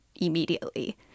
immediately